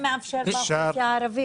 גם מאפשר לאוכלוסייה הערבית.